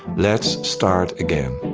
let's start again